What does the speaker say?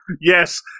Yes